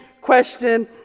question